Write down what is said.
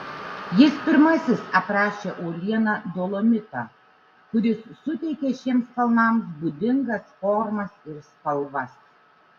jis pirmasis aprašė uolieną dolomitą kuris suteikia šiems kalnams būdingas formas ir spalvas